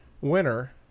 winner